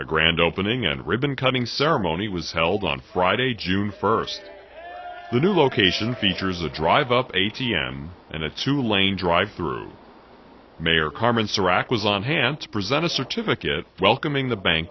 a grand opening and ribbon cutting ceremony was held on friday june first the new location features a drive up a t m and a two lane drive through mayor carmen surat was on hand to present a certificate welcoming the bank